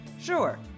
sure